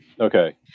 okay